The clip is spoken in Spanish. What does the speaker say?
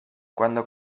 cuando